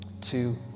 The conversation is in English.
two